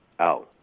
out